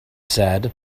said